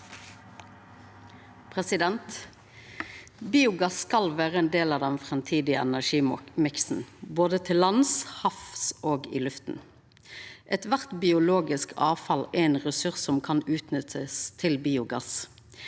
Biogass skal vera ein del av den framtidige energimiksen, både til lands, til havs og i lufta. Kvart biologisk avfall er ein ressurs som kan utnyttast til biogass.